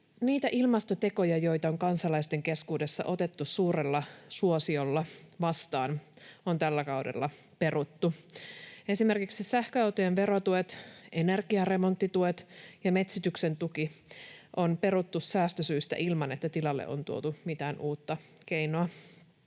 niitä ilmastotekoja, joita on kansalaisten keskuudessa otettu suurella suosiolla vastaan, on tällä kaudella peruttu. Esimerkiksi sähköautojen verotuet, energiaremonttituet ja metsityksen tuki on peruttu säästösyistä ilman, että tilalle on tuotu mitään uutta keinoa.